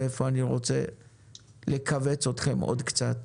איפה אני רוצה לכווץ אתכם עוד קצת.